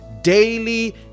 daily